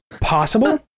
possible